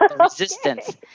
resistance